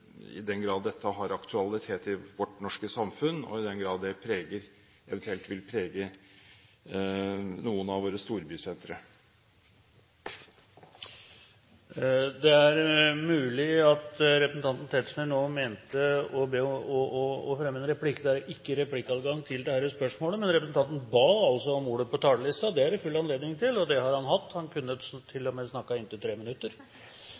i den grad dette har aktualitet i vårt norske samfunn, og i den grad det eventuelt vil prege noen av våre storbysentre. Det er mulig at representanten Tetzschner nå mente å ta replikk. Det er ikke replikkadgang til dette innlegget. Men representanten ba altså om å få ordet på talerlisten. Det er det full anledning til, og